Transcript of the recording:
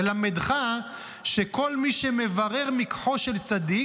ללמדך שכל מי שמברר מקחו של צדיק,